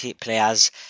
players